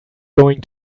going